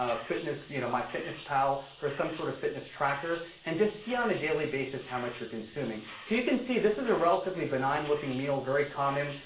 ah you know, myfitnesspal or some sort of fitness tracker. and just see on a daily basis how much you're consuming. so you can see. this is a relatively benign looking meal, very common.